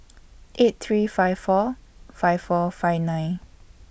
eight three five four five four five nine